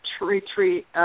retreat